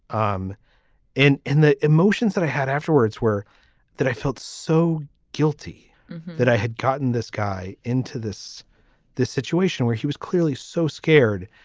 um in in the emotions that i had afterwards were that i felt so guilty that i had gotten this guy into this this situation where he was clearly so scared